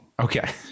Okay